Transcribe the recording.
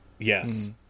Yes